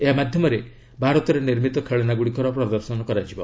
ଏହା ମାଧ୍ୟମରେ ଭାରତରେ ନିର୍ମିତ ଖେଳନା ଗୁଡ଼ିକର ପ୍ରଦର୍ଶନ ହେବ